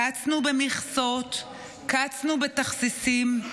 קצנו במכסות, קצנו בתכסיסים.